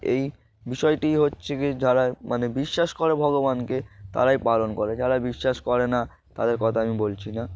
এই বিষয়টি হচ্ছে গিয়ে যারা মানে বিশ্বাস করে ভগবানকে তারাই পালন করে যারা বিশ্বাস করে না তাদের কথা আমি বলছি না